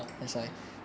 mm